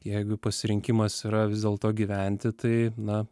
jeigu pasirinkimas yra vis dėlto gyventi tai na